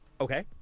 Okay